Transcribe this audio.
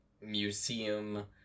museum